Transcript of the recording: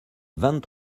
vingt